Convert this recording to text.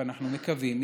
ואנחנו מקווים,